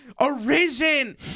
arisen